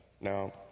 now